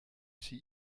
sie